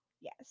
Yes